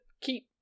keep